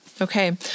Okay